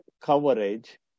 coverage